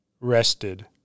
Rested